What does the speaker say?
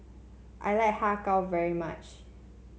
I like Har Kow very much